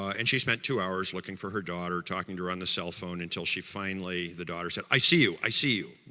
and she spent two hours looking for her daughter, talking to her on the cell phone until she finally, the daughter said i see you, i see you,